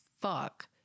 fuck